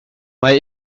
mae